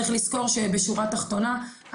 צריך לזכור שבשורה התחתונה,